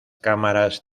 cámaras